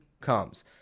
comes